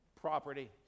property